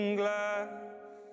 glass